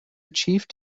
achieved